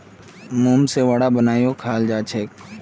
मूंग से वड़ा बनएयों खाल जाछेक